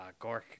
gork